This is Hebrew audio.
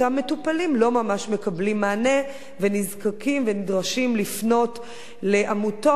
אותם מטופלים לא ממש מקבלים מענה ונזקקים ונדרשים לפנות לעמותות.